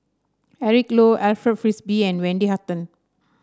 Eric Low Alfred Frisby and Wendy Hutton